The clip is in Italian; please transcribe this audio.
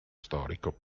storico